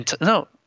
No